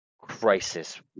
Crisis